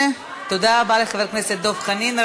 תודה רבה לחבר הכנסת דב חנין.